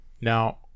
Now